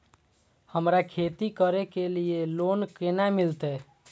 हमरा खेती करे के लिए लोन केना मिलते?